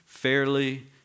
Fairly